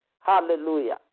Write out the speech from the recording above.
Hallelujah